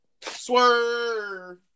Swerve